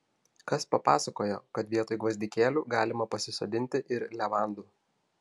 kas papasakojo kad vietoj gvazdikėlių galima pasisodinti ir levandų